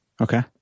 okay